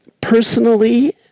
personally